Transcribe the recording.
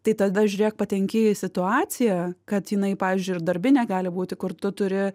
tai tada žiūrėk patenki į situaciją kad jinai pavyzdžiui ir darbinė gali būti kur tu turi